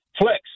flex